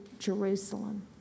Jerusalem